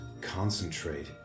concentrate